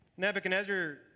Nebuchadnezzar